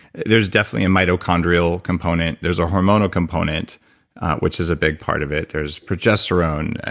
there's definitely a mitochondrial component. there's a hormonal component which is a big part of it. there's progesterone.